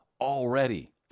already